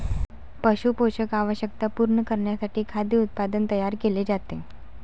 पशु पोषण आवश्यकता पूर्ण करण्यासाठी खाद्य उत्पादन तयार केले जाते